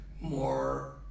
more